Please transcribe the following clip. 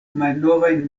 malnovajn